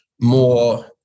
more